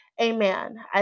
Amen